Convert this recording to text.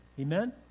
Amen